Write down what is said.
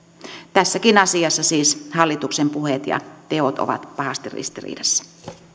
tässäkin asiassa siis hallituksen puheet ja teot ovat pahasti ristiriidassa